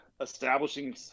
establishing